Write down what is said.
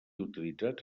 utilitzats